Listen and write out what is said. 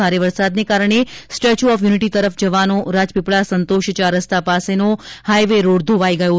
ભારે વરસાદને કારણે સ્ટેચ્યુ ઓફ યુનિટી તરફ જવાનો રાજપીપળા સંતોષ ચાર રસ્તા પાસેનો હાઇવે રોડ ધોવાઇ ગયો છે